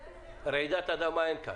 רעידת אדמה אין כאן,